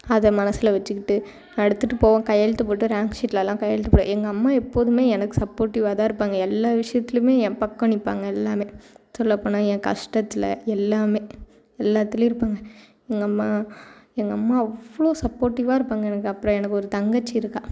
அதை மனசில் வெச்சுக்கிட்டு நான் எடுத்துட்டு போவேன் கையெழுத்து போட்டு ரேங்க் சீட்டுலலாம் கையெழுத்து போட எங்கள் அம்மா எப்போதும் எனக்கு சப்போர்ட்டிவாக தான் இருப்பாங்க எல்லா விஷயத்துலேயுமே என் பக்கம் நிற்பாங்க எல்லாம் சொல்லப்போனால் என் கஷ்டத்தில் எல்லாம் எல்லாத்துலேயும் இருப்பாங்க எங்கள் அம்மா எங்கள் அம்மா அவ்வளோ சப்போர்ட்டிவாக இருப்பாங்க எனக்கு அப்புறம் எனக்கு ஒரு தங்கச்சி இருக்காள்